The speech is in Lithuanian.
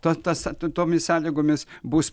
ta tas to tomis sąlygomis bus